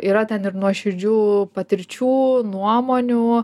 yra ten ir nuoširdžių patirčių nuomonių